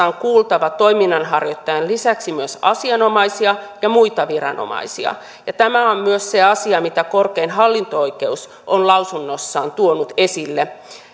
on kuultava toiminnan harjoittajan lisäksi myös asianomaisia ja muita viranomaisia tämä on myös se asia mitä korkein hallinto oikeus on lausunnossaan tuonut esille